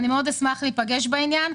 אשמח לעזרה בעניין.